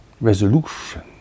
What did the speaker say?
resolution